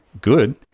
good